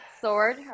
sword